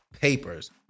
papers